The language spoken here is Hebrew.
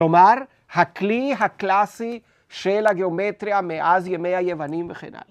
‫כלומר, הכלי הקלאסי של הגיאומטריה ‫מאז ימי היוונים וכן הלאה.